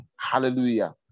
Hallelujah